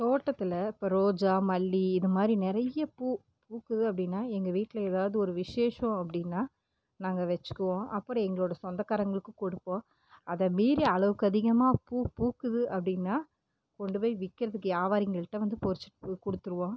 தோட்டத்தில் இப்போ ரோஜா மல்லி இதுமாதிரி நிறைய பூ பூக்குது அப்படின்னா எங்கள் வீட்டில் எதாவது ஒரு விசேஷம் அப்படின்னா நாங்கள் வச்சிக்குவோம் அப்றம் எங்களோட சொந்தக்காரவங்குளுக்கும் கொடுப்போம் அதைமீறி அளவுக்கு அதிகமாக பூ பூக்குது அப்படின்னா கொண்டு போய் விற்கிறதுக்கு வியாவாரிங்கள்ட்ட வந்து பறிச்சிட்டு போய் கொடுத்துருவோம்